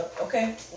okay